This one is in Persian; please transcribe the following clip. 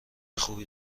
خوبی